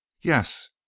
yes